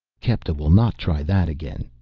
kepta will not try that again,